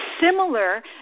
similar